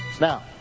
Now